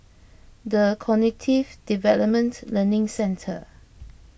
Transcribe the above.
the Cognitive Development Learning Centre